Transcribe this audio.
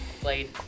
played